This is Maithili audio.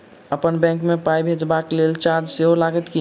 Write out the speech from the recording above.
अप्पन बैंक मे पाई भेजबाक लेल चार्ज सेहो लागत की?